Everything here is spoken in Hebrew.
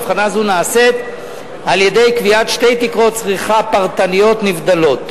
הבחנה זו נעשית על-ידי קביעת שתי תקרות צריכה פרטניות נבדלות.